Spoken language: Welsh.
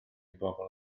bobl